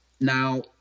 Now